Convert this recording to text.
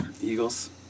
Eagles